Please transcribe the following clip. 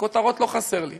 כותרות לא חסר לי.